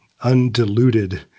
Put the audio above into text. undiluted